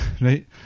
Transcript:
Right